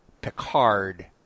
Picard